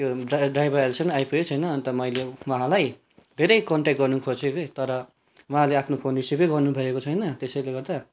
त्यो ड् ड्राइभर अहिलेसम्म आइपुगेकै छैन अन्त मैले उहाँलाई धेरै कन्ट्याक्ट गर्न खोजेँ कि तर उहाँले आफ्नो फोन रिसिभ गर्नु भएको छैन त्यसैले गर्दा